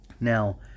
Now